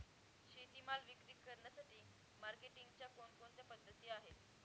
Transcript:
शेतीमाल विक्री करण्यासाठी मार्केटिंगच्या कोणकोणत्या पद्धती आहेत?